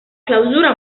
clausura